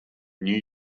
new